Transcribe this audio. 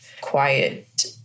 quiet